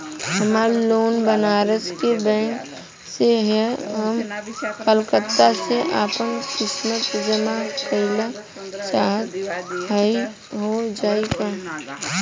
हमार लोन बनारस के बैंक से ह हम कलकत्ता से आपन किस्त जमा कइल चाहत हई हो जाई का?